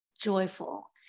joyful